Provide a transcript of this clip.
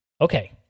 okay